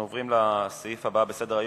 אנחנו עוברים לסעיף הבא בסדר-היום.